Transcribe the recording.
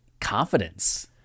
confidence